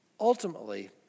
Ultimately